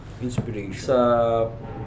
Inspiration